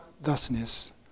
thusness